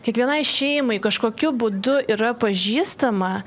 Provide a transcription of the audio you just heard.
kiekvienai šeimai kažkokiu būdu yra pažįstama